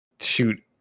shoot